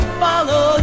follow